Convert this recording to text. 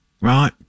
right